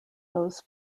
those